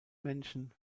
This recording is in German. menschen